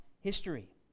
history